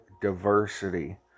diversity